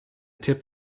tip